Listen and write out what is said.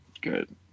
Good